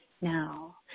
Now